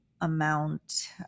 amount